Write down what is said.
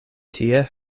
tie